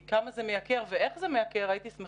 הייתי שמחה לדעת כמה זה מייקר ואיך זה מייקר ברשויות המקומיות.